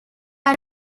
are